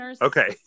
okay